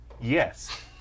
Yes